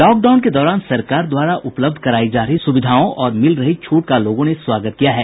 lockdown के दौरान सरकार द्वारा उपलब्ध करायी जा रही सुविधाओं और मिल रही छूट का लोगों ने स्वागत किया है